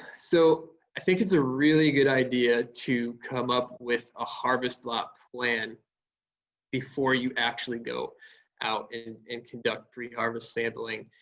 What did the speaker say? so, i think it's a really good idea to come up with a harvest lot plan before you actually go out and conduct pre-harvest sampling.